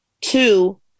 two